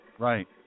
Right